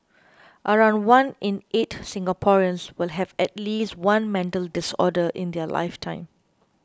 around one in eight Singaporeans will have at least one mental disorder in their lifetime